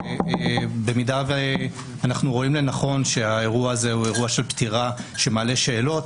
במידה ואנחנו רואים לנכון שהאירוע הזה הוא אירוע של פטירה שמעלה שאלות,